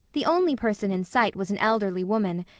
the only person in sight was an elderly woman,